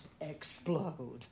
explode